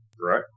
Right